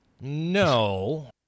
no